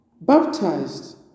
baptized